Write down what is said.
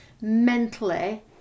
mentally